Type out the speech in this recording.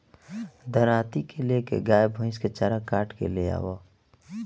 दराँती ले के गाय भईस के चारा काट के ले आवअ